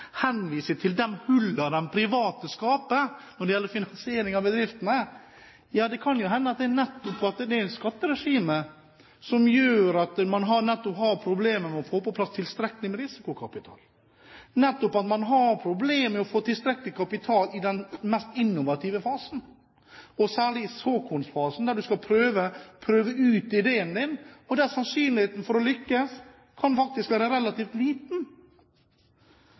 henviser til de hullene de private skaper når det gjelder finansiering av bedriftene. Det kan jo hende at det nettopp er skatteregimet som gjør at man har problemer med å få på plass tilstrekkelig med risikokapital, at man har problemer med å få tilstrekkelig kapital i den mest innovative fasen, særlig i såkornfasen, der du skal prøve ut ideen din, og der sannsynligheten for å lykkes faktisk kan være relativt liten.